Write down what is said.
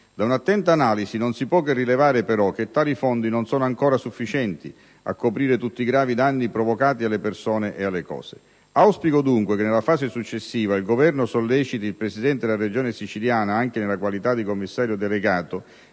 Da un'attenta analisi non si può che rilevare, però, che tali fondi non sono ancora sufficienti a coprire tutti i gravi danni provocati alle persone e alle cose. Auspico dunque che nella fase successiva il Governo solleciti il Presidente della Regione siciliana, anche nella qualità di Commissario delegato,